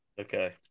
Okay